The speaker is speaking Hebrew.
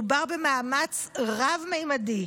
מדובר במאמץ רב-ממדי,